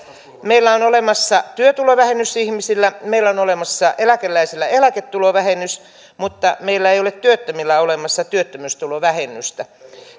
meillä on olemassa työtulovähennys ihmisillä meillä on olemassa eläkeläisillä eläketulovähennys mutta meillä ei ole työttömillä olemassa työttömyystulovähennystä